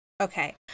Okay